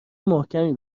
محکمی